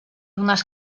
unes